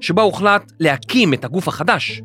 ‫שבה הוחלט להקים את הגוף החדש.